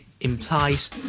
implies